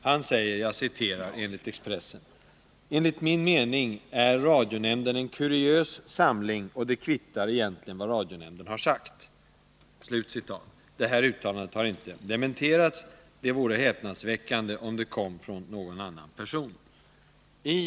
Han säger enligt Expressen: ”Enligt min mening är radionämnden en kuriös samling och det kvittar egentligen vad radionämnden sagt.” Det uttalandet har inte dementerats. Det vore häpnadsväckande, om det kom från någon annan person.